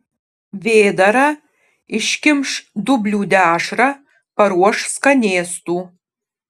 vėdarą iškimš dublių dešrą paruoš skanėstų